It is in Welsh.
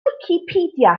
wicipedia